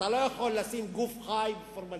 אתה לא יכול לשים גוף חי בפורמלין.